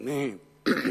מקום,